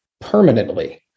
permanently